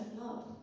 love